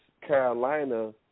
Carolina